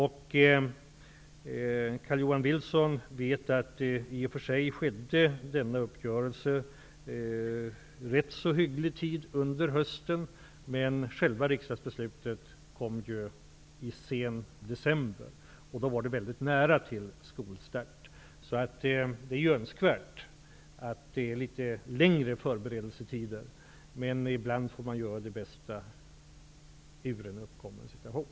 Carl-Johan Wilson vet att uppgörelsen träffades vid en rätt hygglig tidpunkt under hösten, men att riksdagsbeslutet kom sent i december. Då var det mycket nära till skolstarten. Det vore önskvärt med litet längre förberedelsetider, men ibland får man göra det bästa i en uppkommen situation.